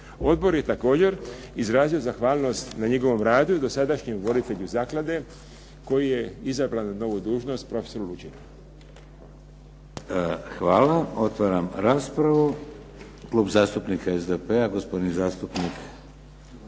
Odbor je također izrazio zahvalnost na njegovom radu i dosadašnjem voditelju zaklade koji je izabran na novu dužnost, profesor Lučin. **Šeks, Vladimir (HDZ)** Hvala. Otvaram raspravu. Klub zastupnika SDP-a, gospodin zastupnik